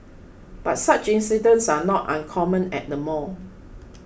but such incidents are not uncommon at the mall